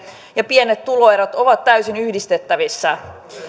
ja pienet tuloerot ovat täysin yhdistettävissä